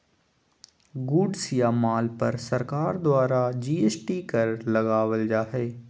goods या माल पर सरकार द्वारा जी.एस.टी कर लगावल जा हय